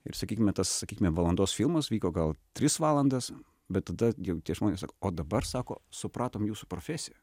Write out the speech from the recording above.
ir sakykime tas sakykime valandos filmas vyko gal tris valandas bet tada tie žmonės o dabar sako supratom jūsų profesiją